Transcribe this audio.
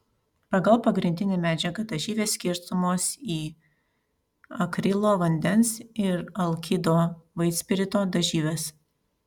pagal pagrindinę medžiagą dažyvės skirstomos į akrilo vandens ir alkido vaitspirito dažyves